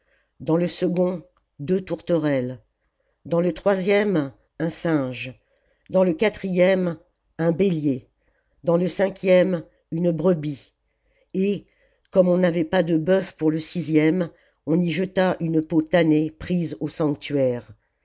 dans le second deux tourterelles dans le troisième un singe dans le quatrième un bélier dans le cinquième une brebis et comme on n'avait pas de bœuf pour le sixième on y jeta une peau tannée prise au sanctuaire